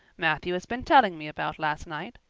matthew has been telling me about last night.